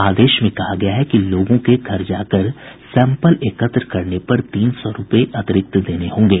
आदेश में कहा गया है कि लोगों के घर जाकर सैम्पल एकत्र करने पर तीन सौ रूपये अतिरिक्त देने होंगे